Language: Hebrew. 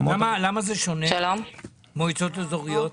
למה זה שונה, המועצות האזוריות?